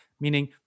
meaning